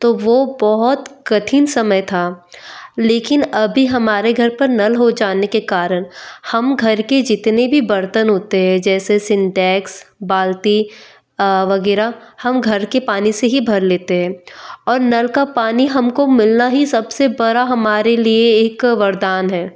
तो वो बहुत कठिन समय था लेकिन अभी हमारे घर पर नल हो जाने के कारण हम घर के जितने भी बर्तन होते हैं जैसे सिंटेक्स बाल्टी वग़ैरह हम घर के पानी से ही भर लेते हैं और नल का पानी हमको मिलना ही सबसे बड़ा हमारे लिए एक वरदान है